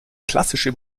klassische